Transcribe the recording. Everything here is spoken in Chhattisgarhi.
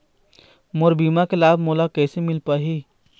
मोर बीमा के लाभ मोला कैसे मिल पाही?